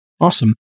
Awesome